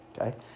Okay